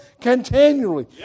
continually